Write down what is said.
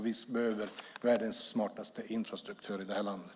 Vi behöver världens smartaste infrastruktur i landet.